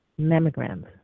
mammograms